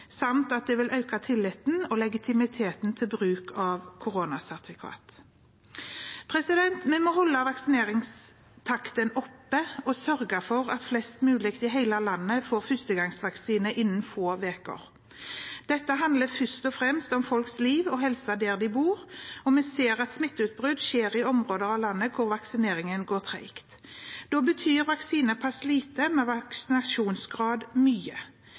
samt at det vil øke tilliten og legitimiteten til bruk av koronasertifikat. Vi må holde vaksineringstakten oppe og sørge for at flest mulig i hele landet får førstegangs vaksine innen få uker. Dette handler først og fremst om folks liv og helse der de bor, og vi ser at smitteutbrudd skjer i områder av landet hvor vaksineringen går tregt. Da betyr vaksinepass lite, men vaksinasjonsgrad mye.